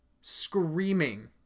screaming